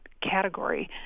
category